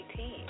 18